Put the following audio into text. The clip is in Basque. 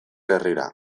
herrira